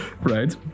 right